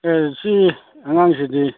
ꯑꯦ ꯁꯤ ꯑꯉꯥꯡꯁꯤꯗꯤ